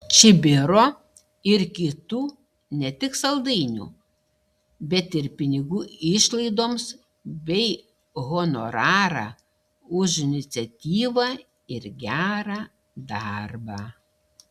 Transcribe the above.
čibiro ir kitų ne tik saldainių bet ir pinigų išlaidoms bei honorarą už iniciatyvą ir gerą darbą